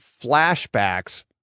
flashbacks